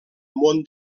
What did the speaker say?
món